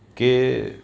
કે